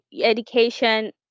education